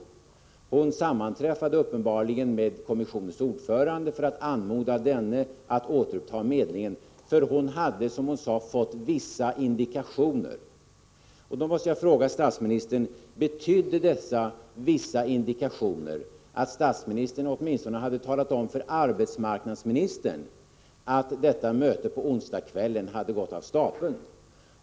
Arbetsmarknadsministern sammanträffade uppenbarligen med kommissionens ordförande för att anmoda denne att återuppta medlingen, för hon hade — som hon sade — fått ”vissa indikationer”. Då måste jag fråga statsministern: Betydde detta med ”vissa indikationer” att statsministern åtminstone hade talat om för arbetsmarknadsministern att detta möte på onsdagskvällen hade gått av stapeln?